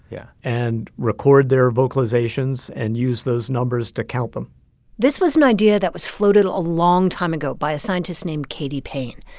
yeah. and record their vocalizations and use those numbers to count them this was an idea that was floated a long time ago by a scientist named katy payne.